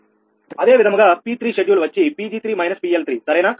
అదే విధముగా P3 schedule వచ్చి 𝑃𝑔3 − 𝑃𝐿3 సరేనా